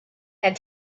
and